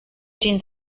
gene